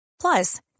Plus